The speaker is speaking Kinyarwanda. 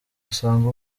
usanga